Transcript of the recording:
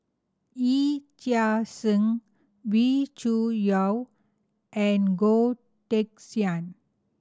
Yee Chia Hsing Wee Cho Yaw and Goh Teck Sian